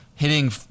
Hitting